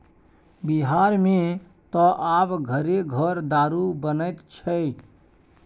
बिहारमे त आब घरे घर दारू बनैत छै